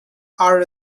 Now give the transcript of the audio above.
are